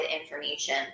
information –